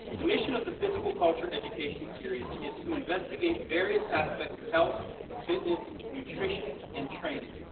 the mission of the physical culture of education series is to investigate various aspects of health fitness, nutrition and training.